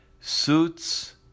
suits